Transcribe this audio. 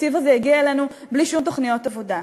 התקציב הזה יגיע אלינו בלי שום תוכניות עבודה.